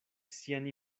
sian